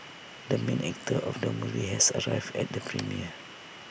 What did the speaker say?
the main actor of the movie has arrived at the premiere